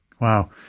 Wow